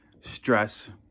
stress